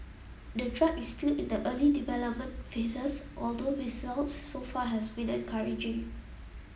the drug is still in the early development phases although results so far has been encouraging